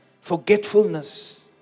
forgetfulness